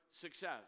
success